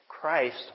Christ